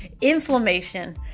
inflammation